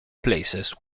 places